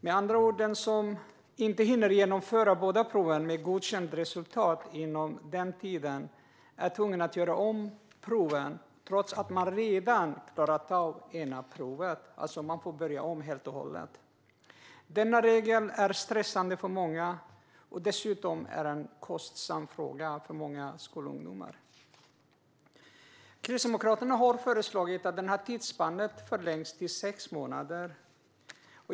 Med andra ord är den som inte hinner genomföra båda proven med godkänt resultat inom den tiden tvungen att göra om proven, trots att man redan klarat det ena. Man får alltså börja om helt och hållet. Denna regel är stressande för många, och detta är dessutom en kostsam fråga för många skolungdomar. Kristdemokraterna har föreslagit att tidsspannet förlängs till sex månader.